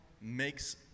makes